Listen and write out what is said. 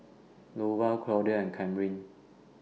Lowell Claudia and Kamryn